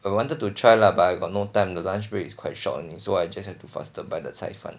I wanted to try lah but I got no time the lunch break it's quite short only so I just have to faster buy the 菜饭